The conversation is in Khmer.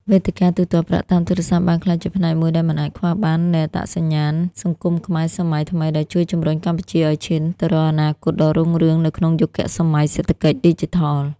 វេទិកាទូទាត់ប្រាក់តាមទូរស័ព្ទបានក្លាយជាផ្នែកមួយដែលមិនអាចខ្វះបាននៃអត្តសញ្ញាណសង្គមខ្មែរសម័យថ្មី ដែលជួយជម្រុញកម្ពុជាឱ្យឈានទៅរកអនាគតដ៏រុងរឿងនៅក្នុងយុគសម័យសេដ្ឋកិច្ចឌីជីថល។